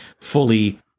fully